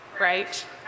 right